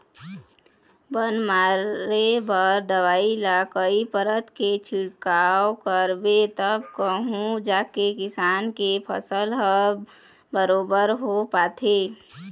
बन मारे बर दवई ल कई परत के छिड़काव करबे तब कहूँ जाके किसान के फसल ह बरोबर हो पाथे